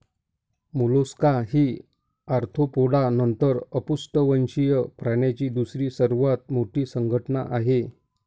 Mollusca ही Arthropoda नंतर अपृष्ठवंशीय प्राण्यांची दुसरी सर्वात मोठी संघटना आहे